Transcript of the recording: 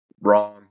Wrong